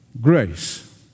grace